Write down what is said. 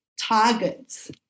targets